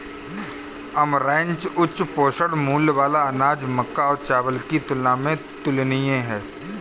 amaranth उच्च पोषण मूल्य वाला अनाज मक्का और चावल की तुलना में तुलनीय है